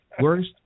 worst